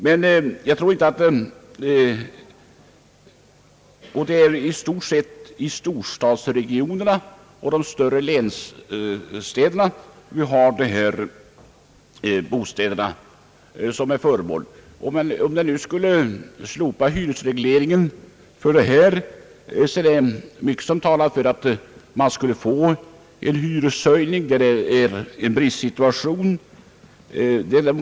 Dessa bostäder finns i stort sett i storstadsregionerna och i de större städerna. Om nu hyresregleringen skulle slopas för dessa är det mycket som talar för att det uppstår en hyreshöjning där det är brist på bostäder.